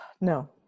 No